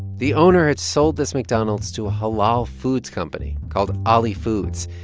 the owner had sold this mcdonald's to a halal foods company called ali foods.